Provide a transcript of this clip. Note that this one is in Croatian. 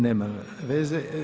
Nema veze.